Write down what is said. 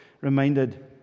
reminded